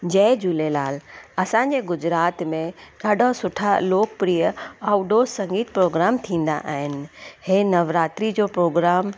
जय झूलेलाल असांजे गुजरात में ॾाढा सुठा लोकप्रिय आउटडोर संगीत प्रोग्राम थींदा आहिनि हीअ नवरात्री जो प्रोग्राम